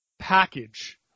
package